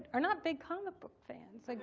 are not big comic book fans. like